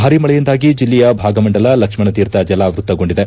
ಭಾರೀ ಮಳೆಯಿಂದಾಗಿ ಜಲ್ಲೆಯ ಭಾಗಮಂಡಲ ಲಕ್ಷಣ ತೀರ್ಥ ಜಲಾವೃತಗೊಂಡಿದೆ